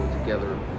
together